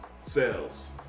sales